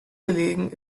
gelegen